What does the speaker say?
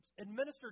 administered